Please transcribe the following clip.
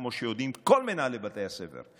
כמו שיודעים כל מנהלי בתי הספר,